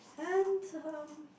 and then